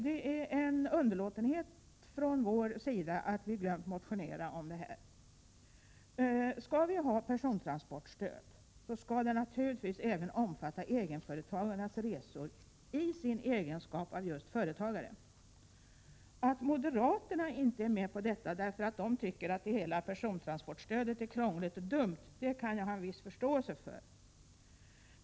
Det är en underlåtenhet från vår sida att vi inte har motionerat i denna fråga. Ett persontransportstöd skall naturligtvis även omfatta egenföretagarnas resor i deras egenskap av just företagare. Att moderaterna inte går med på detta därför att de tycker att hela persontransportstödet är krångligt och dumt kan jag ha en viss förståelse för.